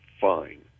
fine